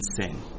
sin